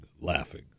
laughing